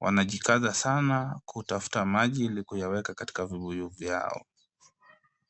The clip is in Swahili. Wanajikaza sana kutafuta maji ili kuyaweka katika vibuyu vyao.